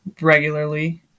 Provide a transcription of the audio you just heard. regularly